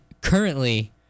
currently